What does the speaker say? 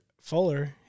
Fuller